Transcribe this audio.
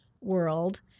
world